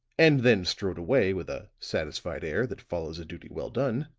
and then strode away with a satisfied air that follows a duty well done,